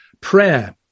prayer